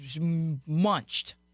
munched